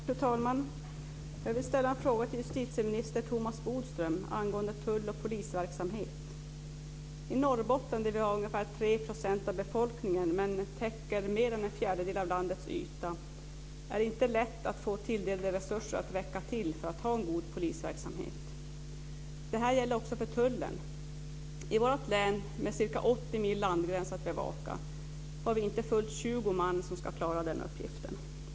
Fru talman! Jag vill ställa en fråga till justitieminister Thomas Bodström angående tull och polisverksamhet. I Norrbotten, där vi har ungefär 3 % av befolkningen men täcker mer än en fjärdedel av landets yta, är det inte lätt att få tilldelade resurser att räcka till för att ha en god polisverksamhet. Det här gäller också för tullen. I vårt län, med ca 80 mil landgräns att bevaka, har vi inte fullt 20 man som ska klara den uppgiften.